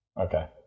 okay